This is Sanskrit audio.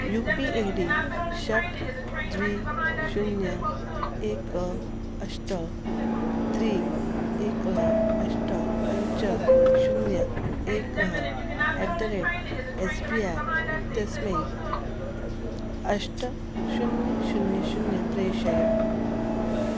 यू पी ए डी षट् द्वि शून्यम् एकम् अष्ट त्रि एकम् अष्ट पञ्च शून्यम् एकम् at the rate S B I इत्यस्मै अष्ट शून्यं शून्यं शून्यं प्रेषय